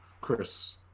chris